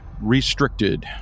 restricted